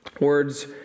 Words